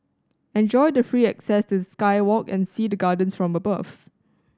enjoy the free access to the sky walk and see the gardens from above